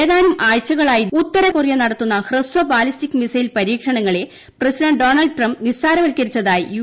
ഏതാനും ആഴ്ചകളായി ഉത്തരകൊറിയ നടത്തുന്ന ഹ്രസ്വ ബാലിസ്റ്റിക് മിസൈൽ പരീക്ഷണങ്ങളെ പ്രസിഡന്റ് ഡോണൾഡ് ട്രംപ് നിസ്സാരവൽക്കരിച്ചതായി യു